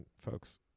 folks